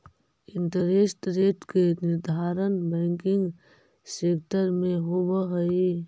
interest rate के निर्धारण banking sector में होवऽ हई